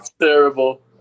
Terrible